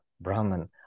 Brahman